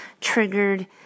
triggered